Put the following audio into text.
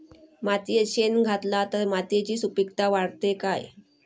मातयेत शेण घातला तर मातयेची सुपीकता वाढते काय?